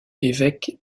évêque